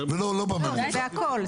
זה בהכל,